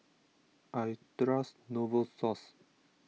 I trust Novosource